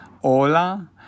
Hola